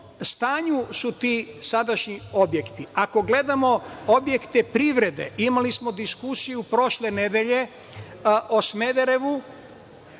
stanju su ti sadašnji objekti? Ako gledamo objekte privrede, imali smo diskusiju prošle nedelje o Smederevu